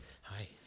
Hi